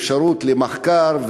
אפשרות למחקר,